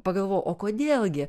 pagalvojau o kodėl gi